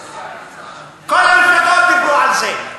כל המפלגות דיברו על זה,